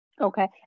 Okay